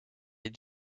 est